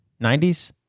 90s